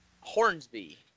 Hornsby